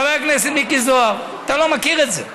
חבר הכנסת מיקי זוהר, אתה לא מכיר את זה.